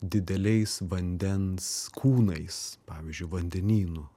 dideliais vandens kūnais pavyzdžiui vandenynu